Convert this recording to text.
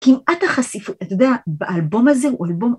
‫כמעט החשיפה... אתה יודע, ‫באלבום הזה, הוא אלבום...